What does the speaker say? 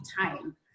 time